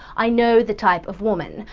i know the type of woman.